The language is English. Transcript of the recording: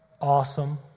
awesome